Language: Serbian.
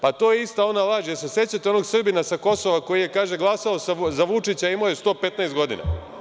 Pa, to je ista ona laž, da li se sećate onog Srbina sa Kosova koji kaže da je glasao za Vučića, a imao je 115 godina.